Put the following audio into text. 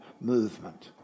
movement